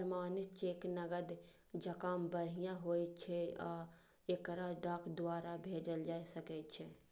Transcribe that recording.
प्रमाणित चेक नकद जकां बढ़िया होइ छै आ एकरा डाक द्वारा भेजल जा सकै छै